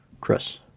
Chris